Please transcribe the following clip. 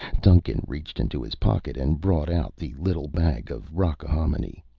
duncan reached into his pocket and brought out the little bag of rockahominy.